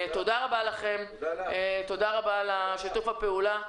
תודה רבה לכם, תודה רבה על שיתוף הפעולה.